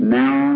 now